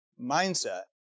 mindset